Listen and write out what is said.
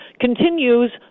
continues